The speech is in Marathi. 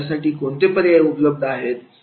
आणि यासाठी कोणते पर्याय उपलब्ध आहेत